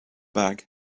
bag